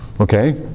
Okay